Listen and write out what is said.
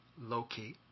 locate